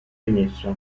rimessa